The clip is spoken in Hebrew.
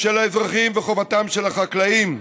של האזרחים וחובתם של החקלאים.